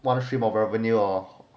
one to stream of revenue hor